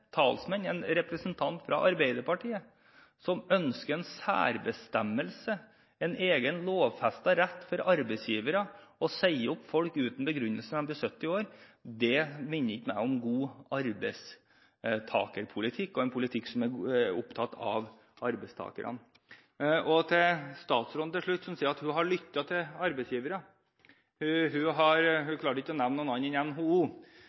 – en representant fra Arbeiderpartiet – for en særbestemmelse, en egen lovfestet rett for arbeidsgivere til å si opp folk uten begrunnelse når de blir 70 år. Det minner ikke om god arbeidstakerpolitikk og en politikk som er opptatt av arbeidstakerne. Så til slutt til statsråden, som sier at hun har lyttet til arbeidsgivere. Hun klarte ikke å nevne noen annen enn NHO.